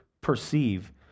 perceive